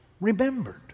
remembered